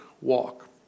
walk